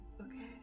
Okay